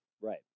Right